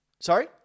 Sorry